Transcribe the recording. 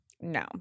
No